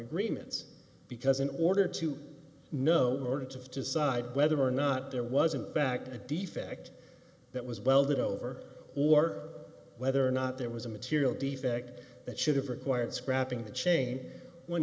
agreements because in order to know or to decide whether or not there wasn't back a defect that was welded over or whether or not there was a material defect that should have required scrapping the chain one